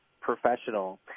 professional